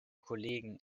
kollegen